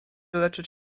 leczyć